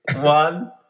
One